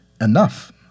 enough